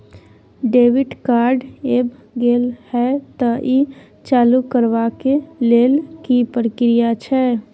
Debit card ऐब गेल हैं त ई चालू करबा के लेल की प्रक्रिया छै?